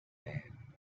man